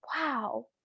wow